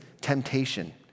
temptation